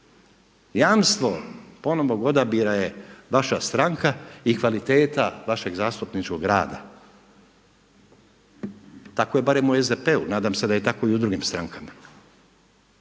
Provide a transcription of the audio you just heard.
Jamstvo ponovnog odabira je vaša stranka i kvaliteta vašeg zastupničkog rada. Tako je barem u SDP-u, nadam se da je tako i u drugim strankama.